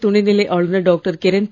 புதுச்சேரி துணைநிலை ஆளுனர் டாக்டர்